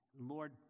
Lord